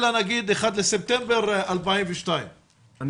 אלא נגיד תאריך אחד בספטמבר 2022. אני